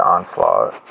Onslaught